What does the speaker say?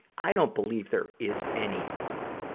i don't believe there is any normal.